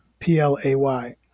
P-L-A-Y